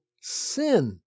sin